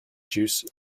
juice